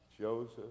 joseph